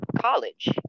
college